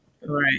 right